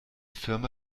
firma